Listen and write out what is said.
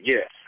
Yes